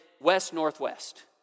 west-northwest